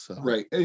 Right